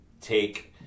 take